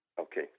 Okay